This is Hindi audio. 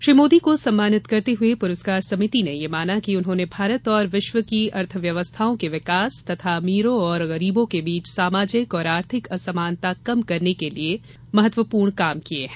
श्री मोदी को सम्मानित करते हुए पुरस्कार समिति ने यह माना कि उन्होंने भारत और विश्व की अर्थव्यवस्थाओं के विकास तथा अमीरों और गरीबों के बीच सामाजिक और आर्थिक असमानता कम करने के लिए श्री मोदी ने महत्वपूर्ण कार्य किये हैं